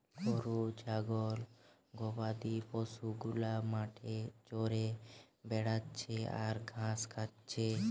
গরু ছাগল গবাদি পশু গুলা মাঠে চরে বেড়াচ্ছে আর ঘাস খাচ্ছে